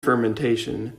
fermentation